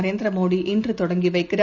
Narendra Modi இன்றுதொடங்கிவைக்கிறார்